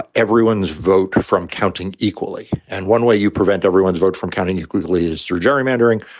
ah everyone's vote from counting equally. and one way you prevent everyone's vote from counting it quickly is through gerrymandering.